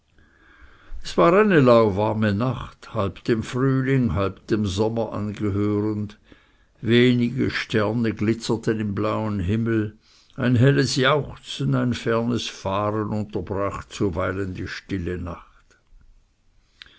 es war eine lauwarme nacht halb dem frühling halb dem sommer angehörend wenige sterne glitzerten im blauen himmelsmeer ein helles jauchzen ein fernes fahren unterbrach zuweilen die stille nacht